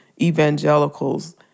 evangelicals